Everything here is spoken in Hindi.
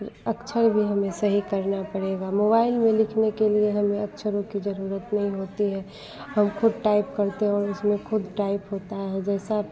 फ़िर अक्षर भी हमें सही करना पड़ेगा मोबाइल में लिखने के लिए हमें अक्षरों की ज़रूरत नहीं होती है हम खुद टाइप करते हैं और उसमें खुद टाइप होता है जैसा अप